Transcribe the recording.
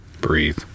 Breathe